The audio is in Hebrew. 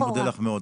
אני מודה לך מאוד.